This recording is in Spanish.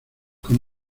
con